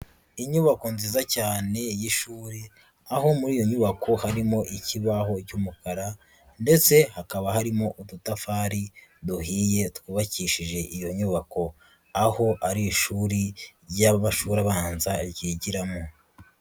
Inyubako nziza cyane y'ishuri, aho muri iyo nyubako harimo ikibaho cy'umukara ndetse hakaba harimo udutafari duhiye twubakishije iyo nyubako, aho ari ishuri ry'amashuri abanza ryigiramo.